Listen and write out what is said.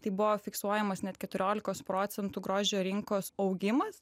tai buvo fiksuojamas net keturiolikos procentų grožio rinkos augimas